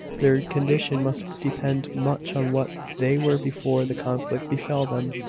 their condition must depend much on what they were before the conflict befell them.